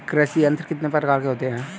कृषि यंत्र कितने प्रकार के होते हैं?